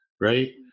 Right